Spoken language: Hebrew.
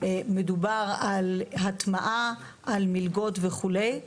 מדובר על הטמעה, על מלגות וכו'.